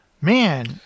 man